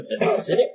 acidic